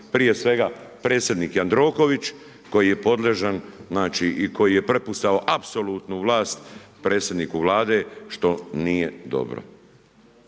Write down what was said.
prije svega predsjednik Jandroković koji je podložan i koji je prepustio apsolutnu vlast predsjedniku Vlade što nije dobro.